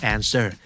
Answer